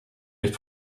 left